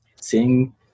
seeing